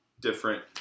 different